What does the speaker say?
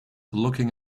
looking